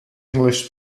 english